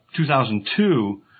2002